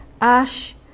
ash